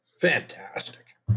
Fantastic